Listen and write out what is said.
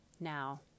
Now